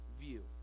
view